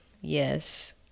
Yes